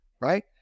right